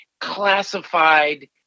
classified